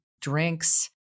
drinks